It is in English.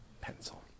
Pencil